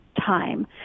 time